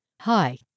Hi